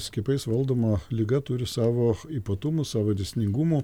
skiepais valdoma liga turi savo ypatumų savo dėsningumų